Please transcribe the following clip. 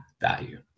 value